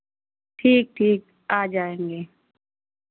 ठीक ठीक आ जाएँगे